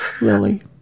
Lily